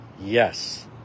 Yes